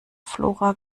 flora